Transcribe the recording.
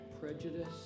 prejudice